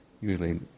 usually